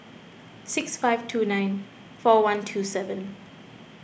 six five two nine four one two seven